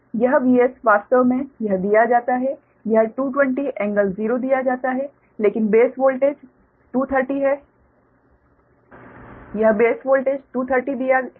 यह Vs वास्तव मे यह दिया जाता है यह 220∟0 दिया जाता है लेकिन बेस वोल्टेज 230 है प्रो में यह बेस वोल्टेज 230 दिया है